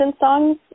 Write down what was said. songs